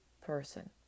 person